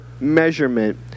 measurement